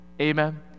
Amen